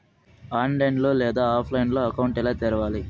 online లేదా ఆఫ్లైన్లో account ఎలా తెరవాలి